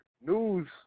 News